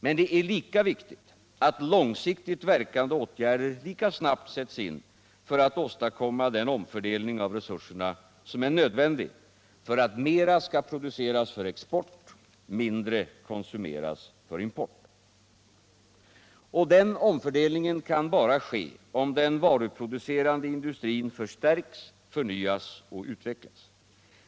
Men det är lika viktigt att långsiktigt verkande åtgärder lika snabbt sätts in för att åstadkomma den omfördelning av resurserna som är nödvändig för att mera skall produceras för export, mindre konsumeras för import. Och denna omfördelning kan bara ske om den varuproducerande industrin förstärks, förnyas och utvecklas.